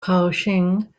kaohsiung